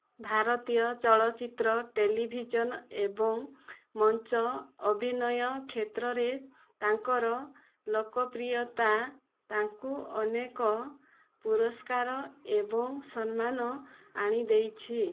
ଭାରତୀୟ ଚଳଚ୍ଚିତ୍ର ଟେଲିଭିଜନ୍ ଏବଂ ମଞ୍ଚ ଅଭିନୟ କ୍ଷେତ୍ରରେ ତାଙ୍କର ଲୋକପ୍ରିୟତା ତାଙ୍କୁ ଅନେକ ପୁରସ୍କାର ଏବଂ ସମ୍ମାନ ଆଣିଦେଇଛି